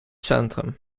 centrum